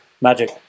magic